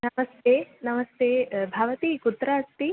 नमस्ते नमस्ते भवती कुत्र अस्ति